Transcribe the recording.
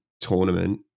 tournament